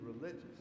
religious